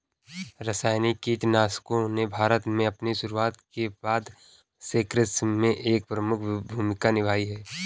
रासायनिक कीटनाशकों ने भारत में अपनी शुरूआत के बाद से कृषि में एक प्रमुख भूमिका निभाई है